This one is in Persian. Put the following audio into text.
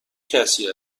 کسی